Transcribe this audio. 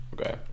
Okay